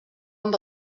amb